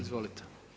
Izvolite.